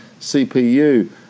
CPU